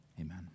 Amen